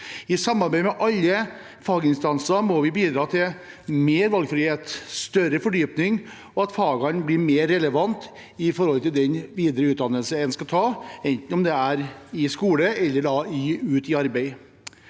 I samarbeid med alle faginstanser må vi bidra til mer valgfrihet og større fordypning og at fagene blir mer relevante for den videre utdannelsen en skal ta, enten det er i skole eller i arbeid.